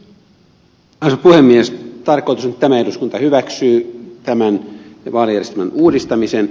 tarkoitus on että tämä eduskunta hyväksyy tämän vaalijärjestelmän uudistamisen